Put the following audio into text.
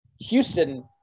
Houston